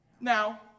Now